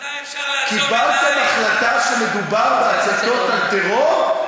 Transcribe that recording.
עד מתי אפשר, קיבלתם החלטה שמדובר בהצתות של טרור?